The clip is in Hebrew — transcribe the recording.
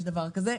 יש דבר כזה,